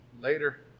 Later